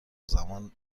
زمان